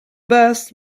best